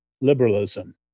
liberalism